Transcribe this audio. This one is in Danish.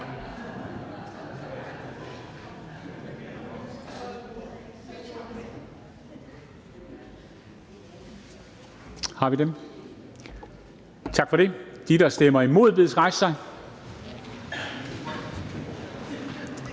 rejse sig. Tak for det. De, der stemmer imod, bedes rejse sig.